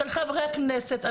של חברי הכנסת,